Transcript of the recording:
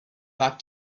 back